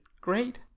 great